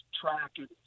tracking